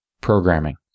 programming